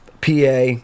PA